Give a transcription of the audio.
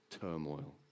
turmoil